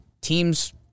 team's